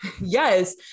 Yes